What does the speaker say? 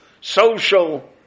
social